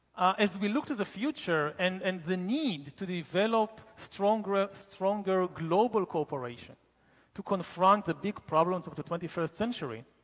as we look to the future and and the need to develop stronger ah stronger global cooperation to confront the big problems of the twenty first century,